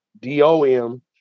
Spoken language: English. d-o-m